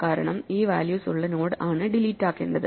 കാരണം ഈ വാല്യൂസ് ഉള്ള നോഡ് ആണ് ഡിലീറ്റ് ആക്കേണ്ടത്